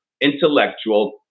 intellectual